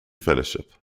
fellowship